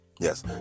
Yes